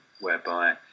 whereby